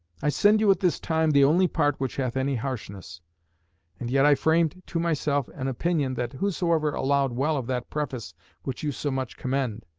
i send you at this time the only part which hath any harshness and yet i framed to myself an opinion, that whosoever allowed well of that preface which you so much commend,